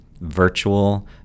virtual